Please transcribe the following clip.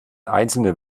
einzelne